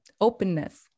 openness